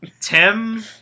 Tim